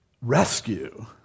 rescue